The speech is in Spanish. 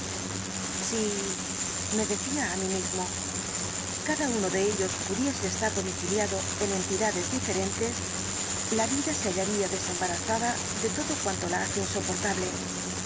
si me decía á mí mismo cada uno de ellos pudiese estar domiciliado en entidades diferentes la vida se hallaría desembarazada de todo cuanto la hace insoportable